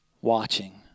watching